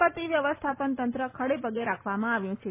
આપત્તિ વ્યવસ્થાપન તંત્ર ખડેપગે રાખવામાં આવ્યું છે